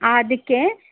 ಆ ಅದಕ್ಕೇ